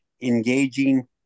engaging